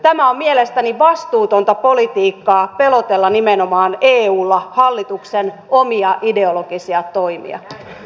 tämä on mielestäni vastuutonta politiikkaa pelotella nimenomaan eulla hallituksen omia ideologisia toimia